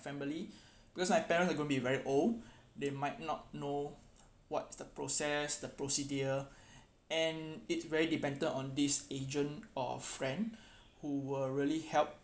family because I my parents are going to be very old they might not know what's the process the procedure and it very dependant on this agent or friend who will really help